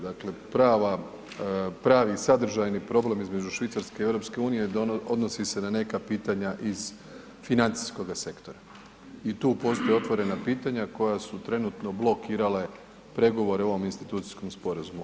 Dakle, pravi sadržajni problem između Švicarske i EU odnosi se na neka pitanja iz financijskoga sektora i tu postoje otvorena pitanja koja su trenutno blokirale pregovore u ovom institucijskom sporazumu.